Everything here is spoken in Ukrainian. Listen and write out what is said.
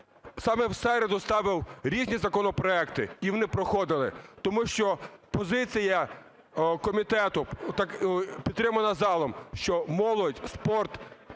саме в середу ставив різні законопроекти, і вони проходили. Тому що позиція комітету підтримана залом, що молодь, спорт,